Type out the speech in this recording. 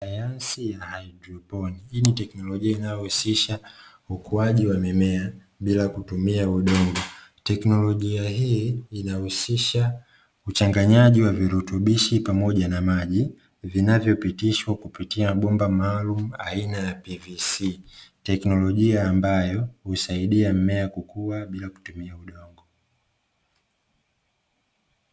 Sayansi ya haidroponi hi ni teknolojia inayohusisha ukuaji wa mimea bila kutumia udongo, teknolojia hii inahusisha uchanganyaji wa virutubishi pamoja na maji vinavyopitishwa kupitia bomba maalumu aina ya pvc, teknolojia mbayo huisaidia mmea kukua bila kutumia udongo.